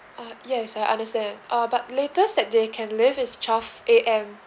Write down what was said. uh yes I understand uh but latest that they can leave is twelve A_M